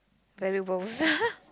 valuables